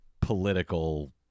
political